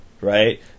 Right